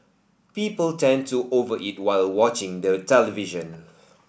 people tend to over eat while watching the television